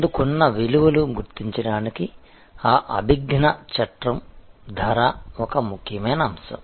అందుకున్న విలువలు గుర్తించడానికి ఆ అభిజ్ఞ చట్రం ధర ఒక ముఖ్యమైన అంశం